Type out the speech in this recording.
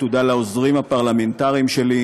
תודה לעוזרים הפרלמנטריים שלי,